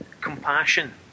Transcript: compassion